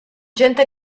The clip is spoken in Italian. gente